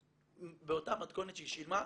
באותה מתכונת שהיא שילמה,